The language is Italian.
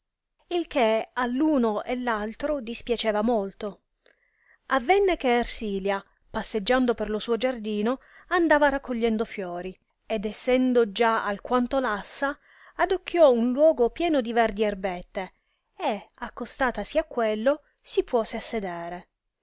il che all'uno e l'altro dispiaceva molto avenne che ersilia passeggiando per lo suo giardino andava raccogliendo fiori ed essendo già alquanto lassa adocchiò un luogo pieno di verdi erbette e accostatasi a quello si puose a sedere